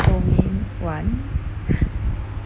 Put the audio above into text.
domain one